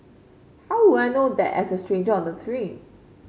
how would I know that as a stranger on the train